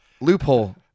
loophole